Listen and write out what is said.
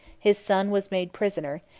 his son was made prisoner,